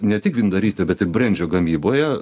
ne tik vyndarystėj bet ir brendžio gamyboje